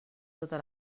tota